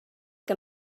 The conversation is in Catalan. que